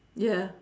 ya